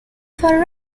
for